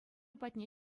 патне